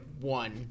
one